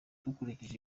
dukurikije